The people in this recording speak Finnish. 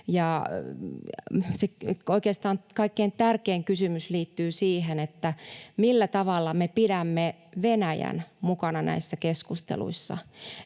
kaikkein tärkein kysymys liittyy siihen, millä tavalla me pidämme Venäjän mukana näissä keskusteluissa.